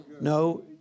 No